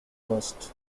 worst